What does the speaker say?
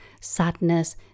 sadness